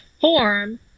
form